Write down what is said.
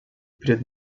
пред